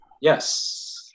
Yes